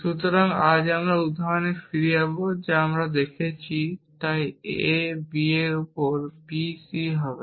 সুতরাং আজ আমরা এই উদাহরণে ফিরে যাব যা আমরা দেখেছি এবং তাই a b এর ওপর b c হবে